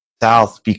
South